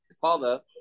father